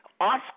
Oscar